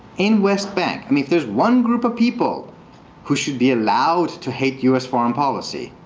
in west bank, i mean if there's one group of people who should be allowed to hate u s. foreign policy,